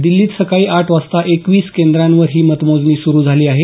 दिल्लीत सकाळी आठ वाजता एकवीस केंद्रांवर ही मतमोजणी सुरु झाली आहे